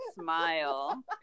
smile